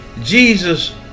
Jesus